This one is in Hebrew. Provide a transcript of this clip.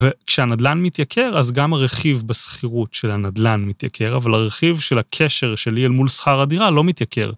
וכשהנדלן מתייקר, אז גם הרכיב בשכירות של הנדלן מתייקר, אבל הרכיב של הקשר שלי אל מול שכר הדירה לא מתייקר.